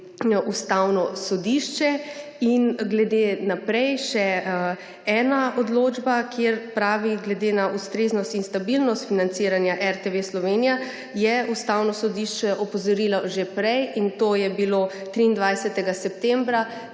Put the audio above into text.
Ustavno sodišče. In naprej še ena odločba, kjer je glede na ustreznost in stabilnost financiranja RTV Slovenija Ustavno sodišče opozorilo že prej, in to je bilo 23. septembra